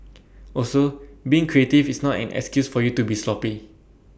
also being creative is not an excuse for you to be sloppy